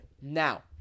Now